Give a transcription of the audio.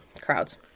crowds